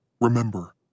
remember